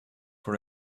for